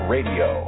Radio